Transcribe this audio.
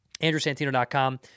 andrewsantino.com